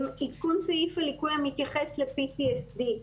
עדכון סעיף הליקוי המתייחס ל-PTSD,